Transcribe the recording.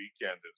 weekend